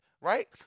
right